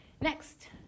Next